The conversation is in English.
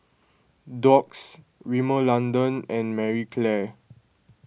Doux Rimmel London and Marie Claire